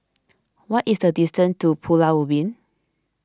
what is the distance to Pulau Ubin